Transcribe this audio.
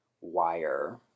wire